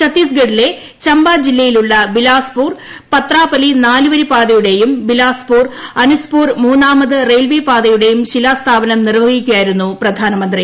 ഛത്തീസ്ഗഡിലെ ചമ്പാ ജില്ലയിലുള്ള ബിലാസ്പൂർ പത്രാപലി പാതയുടെയും ബിലാസ്പൂർ അനുസ്പ്പൂർ മൂന്നാമത് നാല് വരി റെയിവേ പാതയുടെയും ശിലാസ്ഥാപനം നിർവഹിക്കുകയായിരുന്നു പ്രധാനമന്ത്രി